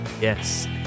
Yes